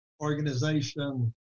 organization